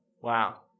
Wow